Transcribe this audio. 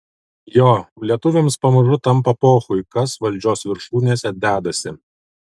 jo lietuviams pamažu tampa pochui kas valdžios viršūnėse dedasi